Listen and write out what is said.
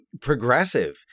progressive